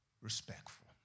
respectful